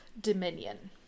dominion